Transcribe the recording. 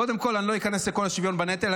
קודם כול אני לא איכנס לכל השוויון בנטל.